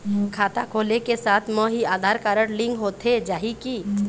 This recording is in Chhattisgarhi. खाता खोले के साथ म ही आधार कारड लिंक होथे जाही की?